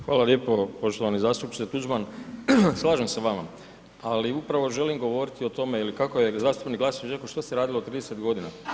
Hvala lijepo poštovani zastupniče Tuđman, slažem se s vama, ali upravo želim govoriti o tome ili kako zastupnik Glasnović rekao što se radilo 30 godina.